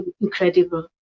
incredible